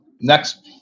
next